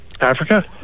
Africa